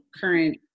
current